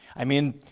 i mean,